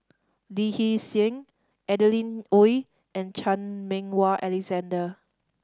Lee Hee Seng Adeline Ooi and Chan Meng Wah Alexander